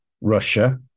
Russia